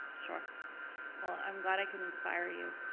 sure well i'm glad i could inspire you,